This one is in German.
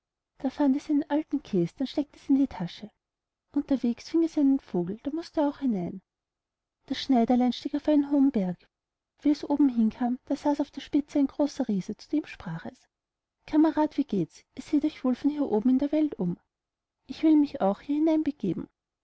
fand es einen alten käs den steckt es in die tasche unterwegs fing es einen vogel der mußte auch hinein das schneiderlein stieg auf einen hohen berg wie es oben hin kam saß da auf der spitze ein großer riese zu dem sprach es cammerad wie gehts ihr seht euch wohl hier oben in der welt um ich will mich auch hinein